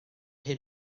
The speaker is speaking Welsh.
hyn